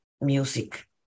music